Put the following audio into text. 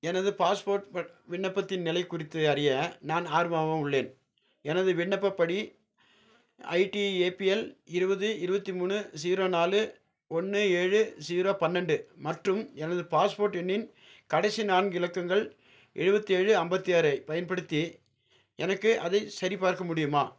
எனது பாஸ்போர்ட் விண்ணப்பத்தின் நிலை குறித்து அறிய நான் ஆர்வமாக உள்ளேன் எனது விண்ணப்பப் படி ஐடி ஏ பி எல் இருபது இருபத்தி மூணு ஜீரோ நாலு ஒன்று ஏழு ஜீரோ பன்னெண்டு மற்றும் எனது பாஸ்போர்ட் எண்ணின் கடைசி நான்கு இலக்கங்கள் எழுபத்தேழு ஐம்பத்தி ஆறை பயன்படுத்தி எனக்கு அதைச் சரிபார்க்க முடியுமா